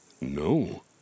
No